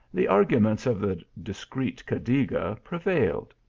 the arguments of the discreet cadiga prevailed.